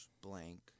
Blank